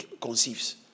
conceives